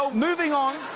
ah moving on.